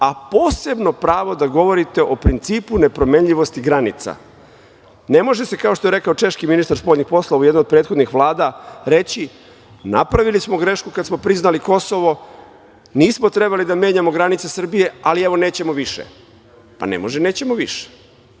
a posebno pravo da govorite o principu nepromenjivosti granica. Ne može se, kao što je rekao češki ministar spoljnih poslova u jednoj od prethodnih vlada, reći napravili smo grešku kad smo priznali Kosovo, nismo trebali da menjamo granice Srbije, ali nećemo više. Ne može nećemo više.